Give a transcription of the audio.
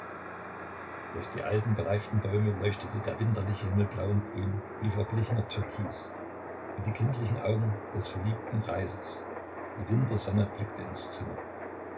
durch die alten bereiften bäume leuchtete der winterliche himmel blau und grün wie verblichener türkis wie die kindlichen augen des verliebten greises die wintersonne blickte ins zimmer